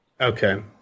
Okay